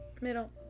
middle